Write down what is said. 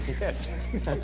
Yes